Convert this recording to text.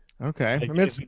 Okay